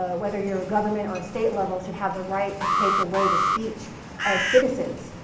ah whether you're a government or a state level should have the right to take away the speech of citizens.